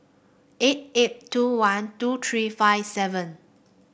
eight eight two one two three five seven